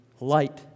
light